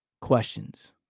Questions